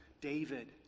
David